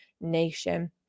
nation